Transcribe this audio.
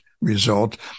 result